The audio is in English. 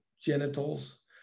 genitals